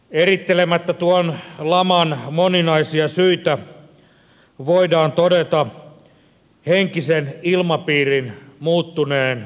erittelemättä tuon laman moninaisia syitä voidaan todeta henkisen ilmapiirin muuttuneen peruuttamattomasti